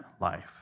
life